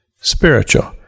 spiritual